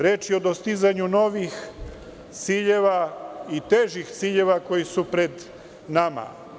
Reč je o dostizanju novih ciljeva i težih ciljeva koji su pred nama.